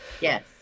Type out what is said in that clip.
Yes